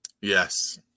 Yes